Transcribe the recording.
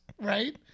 right